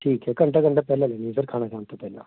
ਠੀਕ ਹੈ ਘੰਟਾ ਘੰਟਾ ਪਹਿਲਾਂ ਲੈਣੀ ਆ ਸਰ ਖਾਣਾ ਖਾਣ ਤੋਂ ਪਹਿਲਾਂ